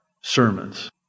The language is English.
sermons